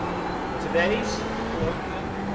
today's colloquium,